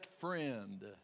friend